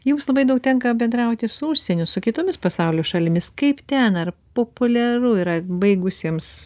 jums labai daug tenka bendrauti su užsieniu su kitomis pasaulio šalimis kaip ten ar populiaru yra baigusiems